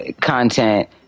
content